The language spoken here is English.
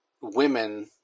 women –